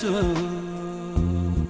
to